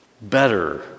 better